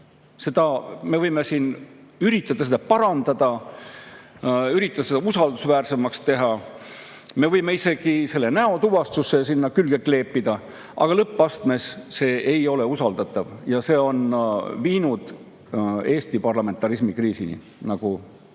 Me võime siin üritada parandada, üritada seda usaldusväärsemaks teha, me võime isegi selle näotuvastuse sinna külge kleepida, aga lõppastmes ei ole see usaldatav. See on viinud Eesti parlamentarismi kriisini, nagu